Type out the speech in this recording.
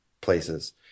places